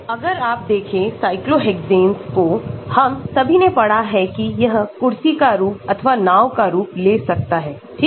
तो अगर आप देखें cyclohexanes को हम सभी नेपड़ा है कि यह कुर्सीका रूपअथवा नाव का रूप ले सकता है ठीक